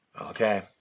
Okay